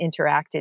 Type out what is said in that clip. interacted